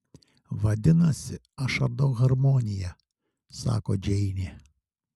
vadinasi aš ardau harmoniją sako džeinė